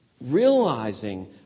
Realizing